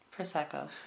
Prosecco